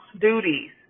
duties